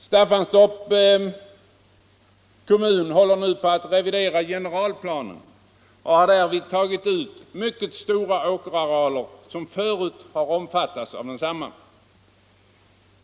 Staffanstorps kommun håller nu på att revidera generalplanen och har därvid tagit ut mycket stora åkerarealer, som förut har omfattats av densamma.